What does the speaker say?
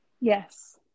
Yes